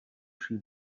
she